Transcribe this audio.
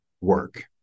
work